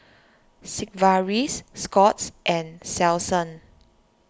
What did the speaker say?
Sigvaris Scott's and Selsun